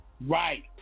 Right